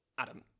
Adam